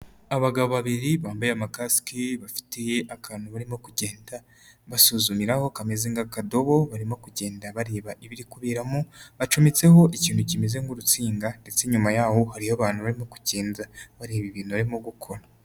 Abagabo babiri bambaye amakasike, bafite akantu barimo kugenda basuzumiraho kameze nk'akadobo, barimo kugenda bareba ibiri kuberamo bacometseho ikintu kimeze nk'urutsinda ndetse inyuma y'aho hariho abantu barimo kugenda bareba ibintu barimo gukora.